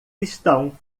estão